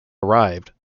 arrived